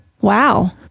Wow